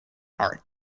art